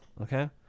okay